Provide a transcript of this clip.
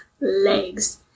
Legs